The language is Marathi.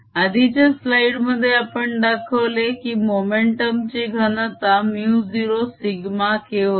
आधीच्या स्लाईड मध्ये आपण दाखवले की मोमेंटम ची घनता μ0σK होती